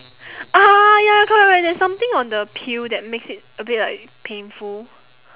ah ya correct correct there is something on the peel that makes it a bit like painful